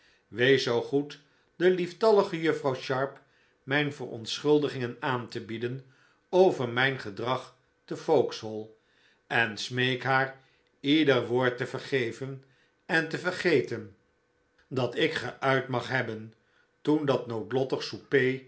wees zoo goed de lieftallige juffrouw sharp mijn verontschuldigingen aan te bieden over mijn gedrag te vauxhall en smeek haar ieder woord te vergeven en te vergeten dat ik geuit mag hebben toen dat noodlottige souper